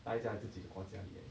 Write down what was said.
呆在自己的国家里 err